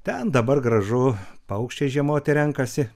ten dabar gražu paukščiai žiemoti renkasi